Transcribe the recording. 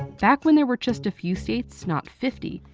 back when there were just a few states, not fifty,